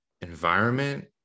environment